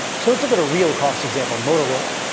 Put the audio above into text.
so let's look at a real cost example, motorola,